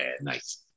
nice